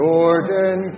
Jordan